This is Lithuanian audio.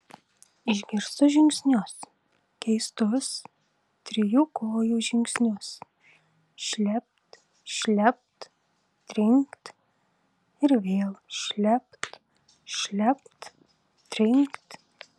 išgirstu žingsnius keistus trijų kojų žingsnius šlept šlept trinkt ir vėl šlept šlept trinkt